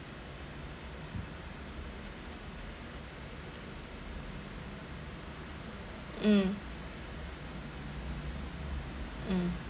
mm mm